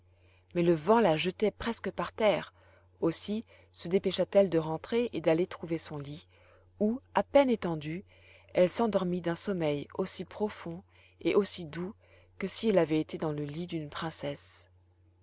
mais le vent la jetait presque par terre aussi se dépêcha t elle de rentrer et d'aller trouver son lit où à peine étendue elle s'endormit d'un sommeil aussi profond et aussi doux que si elle avait été dans le lit d'une princesse